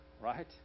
right